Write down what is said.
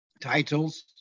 titles